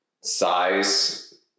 size